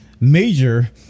major